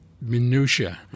minutiae